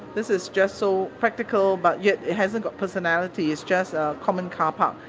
this is just so practical, but yet it hasn't got personality, it's just a common car park.